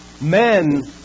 men